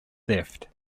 theft